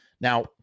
Now